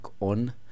on